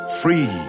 free